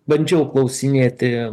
bandžiau klausinėti